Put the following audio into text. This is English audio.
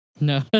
No